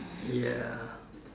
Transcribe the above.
ya